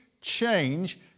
change